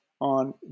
on